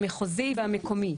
המחוזי והמקומי.